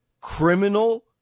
criminal